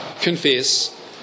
confess